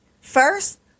First